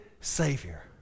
Savior